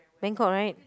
Bangkok right